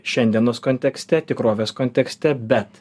šiandienos kontekste tikrovės kontekste bet